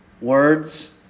words